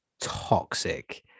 toxic